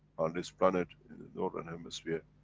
on this planet, in the northern hemisphere,